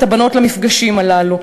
את הבנות למפגשים הללו.